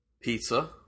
Pizza